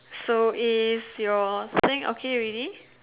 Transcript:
so is your thing okay already